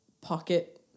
pocket